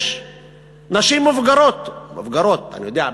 יש נשים מבוגרות, מבוגרות, אני יודע?